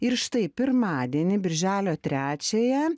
ir štai pirmadienį birželio trečiąją